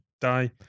die